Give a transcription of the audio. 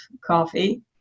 coffee